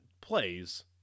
plays